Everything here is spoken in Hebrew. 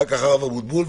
אחר כך הרב אבוטבול,